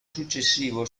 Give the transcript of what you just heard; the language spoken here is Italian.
successivo